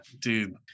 dude